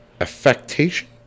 affectation